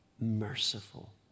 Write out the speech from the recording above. merciful